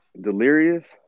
delirious